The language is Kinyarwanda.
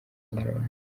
inyarwanda